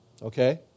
Okay